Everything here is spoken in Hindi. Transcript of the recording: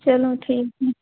चलो ठीक है